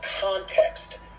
context